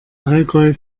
allgäu